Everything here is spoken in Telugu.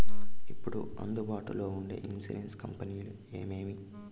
ఇప్పుడు అందుబాటులో ఉండే ఇన్సూరెన్సు కంపెనీలు ఏమేమి?